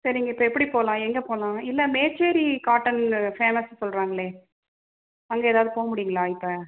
சரிங்க இப்போ எப்படி போகலாம் எங்கே போகலாம் இல்லை மேச்செரி காட்டன் ஃபேமஸ்ன்னு சொல்லுறாங்களே அங்கே எதாவது போக முடியுங்களா இப்போ